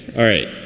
all right.